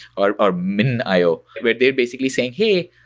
or or minio, where they're basically saying, hey,